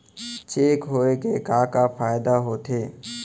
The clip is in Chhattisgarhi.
चेक होए के का फाइदा होथे?